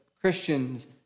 Christians